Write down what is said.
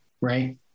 right